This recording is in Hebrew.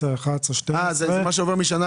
מאשים את הממשלה הזאת שעוסקת במיסיון.